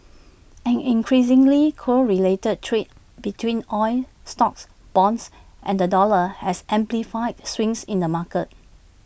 an increasingly correlated trade between oil stocks bonds and the dollar has amplified swings in the markets